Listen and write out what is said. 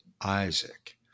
Isaac